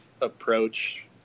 approach